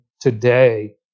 today